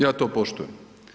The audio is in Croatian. Ja to poštujem.